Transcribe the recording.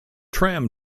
tram